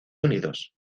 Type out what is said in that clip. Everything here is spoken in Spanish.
unidos